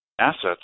assets